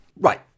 Right